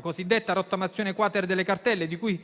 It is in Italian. cosiddetta rottamazione *quater* delle cartelle, di cui